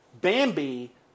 Bambi